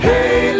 Hey